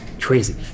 crazy